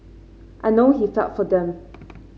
I know he felt for them